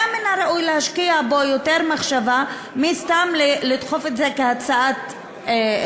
היה מן הראוי להשקיע בו יותר מחשבה מסתם לדחוף את זה כהצעה פרטית.